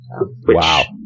wow